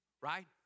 right